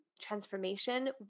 transformation